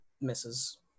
Misses